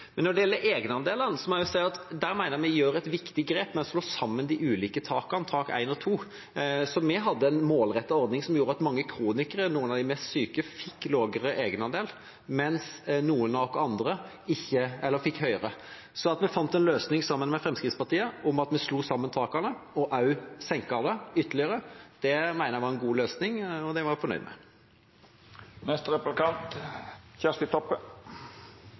Men når det gjelder egenandelene, må jeg si at der mener jeg vi tar et viktig grep med å slå sammen de ulike takene, tak 1 og 2. Vi hadde en målrettet ordning som gjorde at mange kronikere, noen av de mest syke, fikk lavere egenandel, mens noen av oss andre fikk høyere. Så fant vi en løsning sammen med Fremskrittspartiet der vi slo sammen takene og også senket det ytterligere. Det mener jeg var en god løsning, og det var jeg fornøyd med.